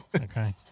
Okay